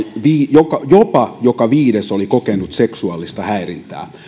joka jopa joka viides oli kokenut seksuaalista häirintää